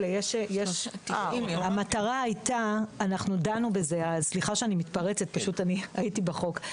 דנו בזה אז, סליחה שאני מתפרצת, פשוט הייתי בחוק.